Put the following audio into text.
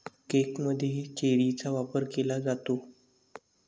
केकमध्येही चेरीचा वापर केला जातो